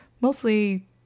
mostly